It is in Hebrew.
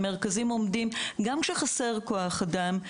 גם כשחסר כוח אדם,